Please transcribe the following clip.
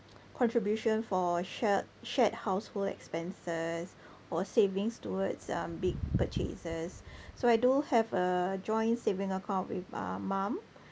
contribution for shared shared household expenses or savings towards um big purchases so I do have a joint saving account with uh mum